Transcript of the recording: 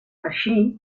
així